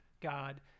God